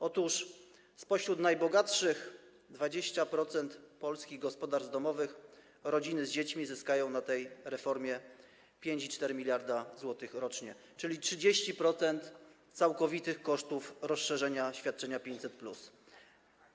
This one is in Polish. Otóż spośród najbogatszych 20% polskich gospodarstw domowych rodziny z dziećmi zyskają na tej reformie 5,4 mld zł rocznie, czyli 30% całkowitych kosztów rozszerzenia świadczenia 500+.